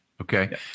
Okay